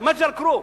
במג'ד-אל-כרום,